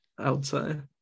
outside